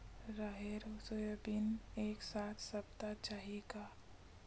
राहेर अउ सोयाबीन एक साथ सप्ता चाही का?